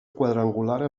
quadrangular